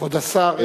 כבוד השר,